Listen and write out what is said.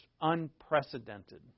unprecedented